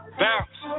bounce